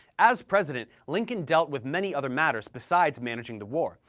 as president, lincoln dealt with many other matters besides managing the war.